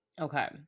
Okay